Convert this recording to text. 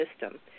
system